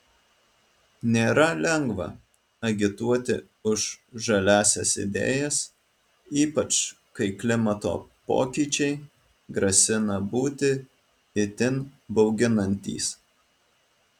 nėra lengva agituoti už žaliąsias idėjas ypač kai klimato pokyčiai grasina būti itin bauginantys